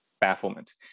bafflement